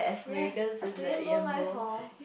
yes the yam ball nice [horh]